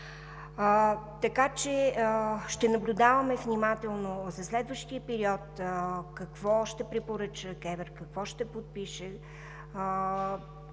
Така че ще наблюдаваме внимателно за следващия период какво ще препоръча КЕВР, какво ще подпише,